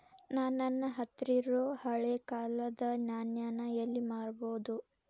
ನಾ ನನ್ನ ಹತ್ರಿರೊ ಹಳೆ ಕಾಲದ್ ನಾಣ್ಯ ನ ಎಲ್ಲಿ ಮಾರ್ಬೊದು?